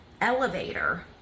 elevator